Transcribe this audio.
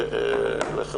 יצחק